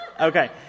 okay